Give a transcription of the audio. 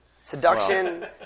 Seduction